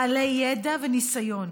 בעלי ידע וניסיון.